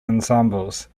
ensembles